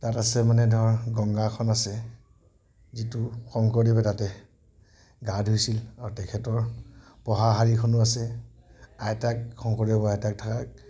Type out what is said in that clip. তাত আছে মানে ধৰক গংগা আসন আছে যিটো শংকৰদেৱে তাতে গা ধুইছিল আৰু তেখেতৰ পঢ়াশালীখনো আছে আইতাক শংকৰদেৱৰ আইতাক থকা